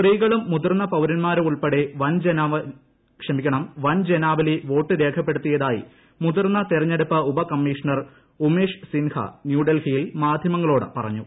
സ്ത്രീകളും മുതിർന്ന പൌരന്മാരുമുൾപ്പെടെ വൻ ജനാവലി വോട്ട് രേഖപ്പെടുത്തിയതായി മുതിർന്ന തെരഞ്ഞെടുപ്പ് ഉപ കമ്മീഷണർ ഉമേഷ് സിൻഹ ന്യൂഡൽഹിയിൽ മാധ്യമങ്ങളോട് പറഞ്ഞു